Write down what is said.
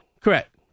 Correct